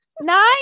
Nine